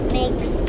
makes